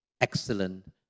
excellent